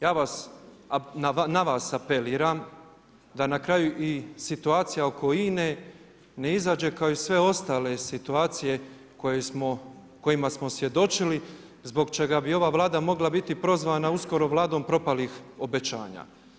Ja vas, a na vas apeliram da na kraju i situacija oko INA-e ne izađe kao i sve ostale situacije kojima smo svjedočili zbog čega bi ova Vlada mogla biti prozvana uskoro Vladom propalih obećanja.